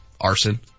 Arson